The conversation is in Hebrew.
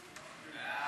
אין